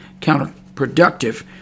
counterproductive